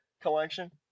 collection